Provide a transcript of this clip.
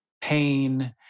Pain